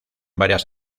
varias